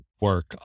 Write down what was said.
work